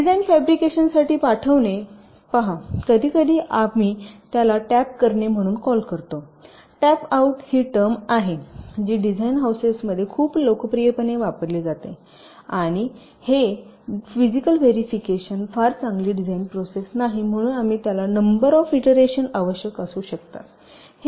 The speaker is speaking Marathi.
डिझाईन फॅब्रिकेशनसाठी पाठविणे पहा कधीकधी आम्ही त्याला टॅप करणे म्हणून कॉल करतो टेप आउट ही टर्म आहे जी डिझाइन हाऊसेसमध्ये खूप लोकप्रियपणे वापरली जाते आणि हे फिजीकल व्हेरिफिकेशन ही फार चांगली डिफाइन प्रोसेस नाही म्हणूनच त्याला नंबर ऑफ ईंटरेशन आवश्यक असू शकतात